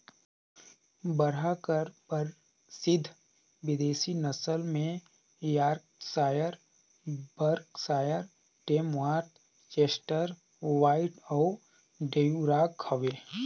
बरहा कर परसिद्ध बिदेसी नसल में Yorkshire, Berkshire, Tamworth, Chester White अउ ड्यूरॉक हवे